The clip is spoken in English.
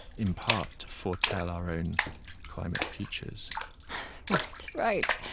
in part, to foretell our own climate futures right. right.